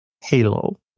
Halo